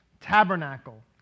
tabernacle